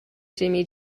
jimmy